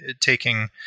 taking